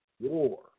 War